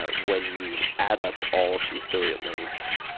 ah when you add up all the affiliate links,